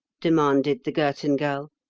demanded the girton girl.